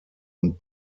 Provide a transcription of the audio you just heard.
und